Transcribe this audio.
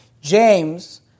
James